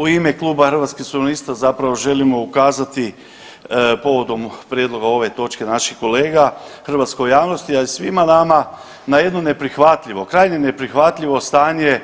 U ime Kluba Hrvatskih suverenista zapravo želimo ukazati povodom prijedloga ove točke naših kolega hrvatskoj javnosti, a i svima nama na jedno neprihvatljivo, krajnje neprihvatljivo stanje